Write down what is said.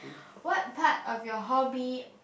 what part of your hobby